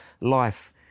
life